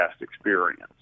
experience